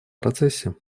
процессе